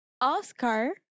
Oscar